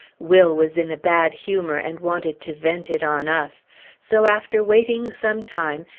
will was in a bad humor, and wanted to vent it on us so after waiting some time,